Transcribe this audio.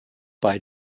bei